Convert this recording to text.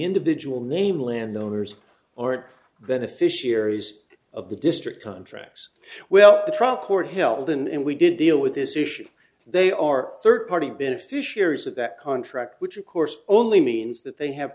individual name landowners or an beneficiaries of the district contracts well the trial court held and we did deal with this issue they are third party beneficiaries of that contract which of course only means that they have